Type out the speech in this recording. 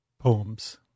poems